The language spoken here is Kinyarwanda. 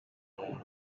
umuntu